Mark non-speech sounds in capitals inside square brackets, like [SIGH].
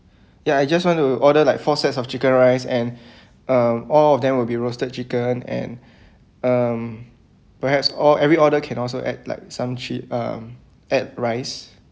ya I just want to order like four sets of chicken rice and [BREATH] uh all of them will be roasted chicken and um perhaps all every order can also add like some chi~ um add rice